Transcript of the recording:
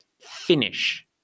finish